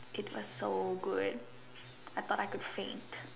it's was so good I thought I could faint